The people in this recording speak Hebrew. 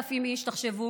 8,000 איש, תחשבו